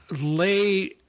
lay